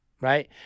right